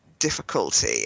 difficulty